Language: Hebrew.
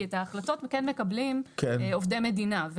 כי את ההחלטות כן מקבלים עובדי מדינה.